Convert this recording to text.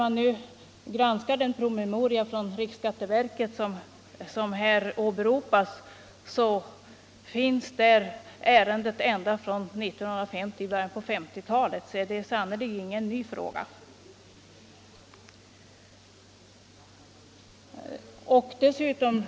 När man granskar den promemoria från riksskatteverket som åberopas finner man att ärendet funnits med sedan början av 1950 talet. Det är sannerligen ingen ny fråga.